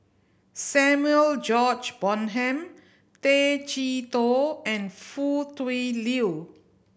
Samuel George Bonham Tay Chee Toh and Foo Tui Liew